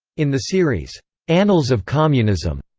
in the series annals of communism,